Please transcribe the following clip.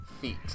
feet